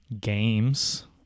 games